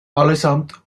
allesamt